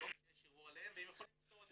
או כשיש ערעור עליהם והם יכולים לפתור את זה